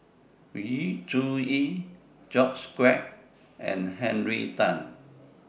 Yu Zhuye George Quek and Henry Tan